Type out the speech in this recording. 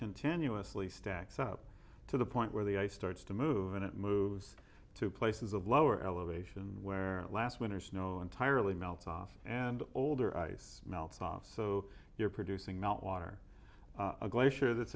continuously stacks up to the point where the ice starts to move and it moves to places of lower elevation where last winter snow entirely melts off and older ice melts off so you're producing melt water a glacier that's